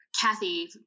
Kathy